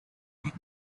had